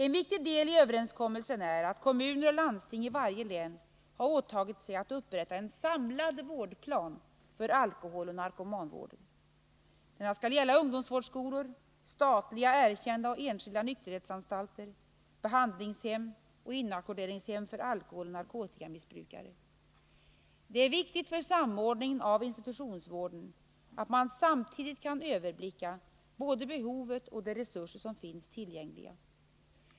En viktig del i överenskommelsen är att kommuner och landsting i varje län har åtagit sig att upprätta en samlad vårdplan för alkoholoch narkomanvård. Denna skall gälla ungdomsvårdsskolor, statliga, erkända och enskilda nykterhetsanstalter, behandlingshem och inackorderingshem för alkoholoch narkotikamissbrukare. Det är viktigt för samordningen av institutionsvården att man samtidigt kan överblicka både behovet och de resurser som finns tillgängliga.